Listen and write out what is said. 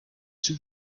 two